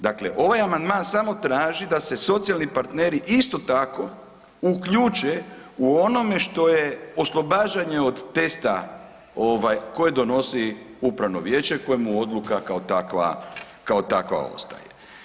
Dakle ovaj amandman samo traži da se socijalni partneri isto tako uključe u onome što je oslobađanje od testa koje donosi upravno vijeće kojemu odluka kao takva ostaje.